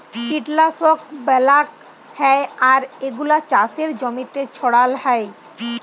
কীটলাশক ব্যলাক হ্যয় আর এগুলা চাসের জমিতে ছড়াল হ্য়য়